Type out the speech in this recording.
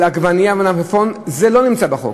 על עגבנייה ומלפפון, זה לא נמצא בחוק.